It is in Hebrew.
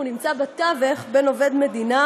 והוא נמצא בתווך בין עובד מדינה,